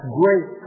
great